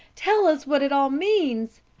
tell us what it all means.